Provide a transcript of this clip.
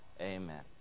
Amen